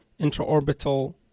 intraorbital